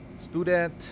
student